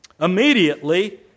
Immediately